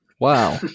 Wow